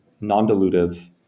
non-dilutive